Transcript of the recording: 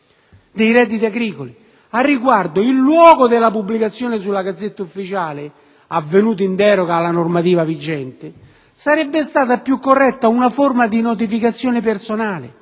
dei redditi agricoli. Al riguardo, in luogo della pubblicazione sulla *Gazzetta Ufficiale*, avvenuta in deroga alla normativa vigente, sarebbe stata più corretta una forma di notificazione personale,